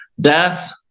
death